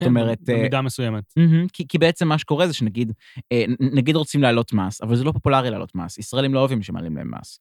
זאת אומרת... אה. במידה מסוימת. מממ.. כי.. כי בעצם מה שקורה זה שנגיד, אה.. נגיד רוצים להעלות מס, אבל זה לא פופולרי להעלות מס. ישראלים לא אוהבים שמעלים להם מס.